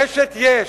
רשת "יש",